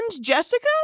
Jessica